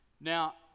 Now